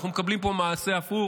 אנחנו מקבלים פה מעשה הפוך.